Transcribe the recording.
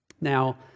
Now